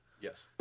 Yes